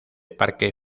parque